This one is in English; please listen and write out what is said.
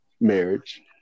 marriage